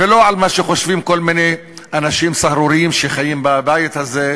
ולא על מה שחושבים כל מיני אנשים סהרוריים שחיים בבית הזה,